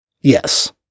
Yes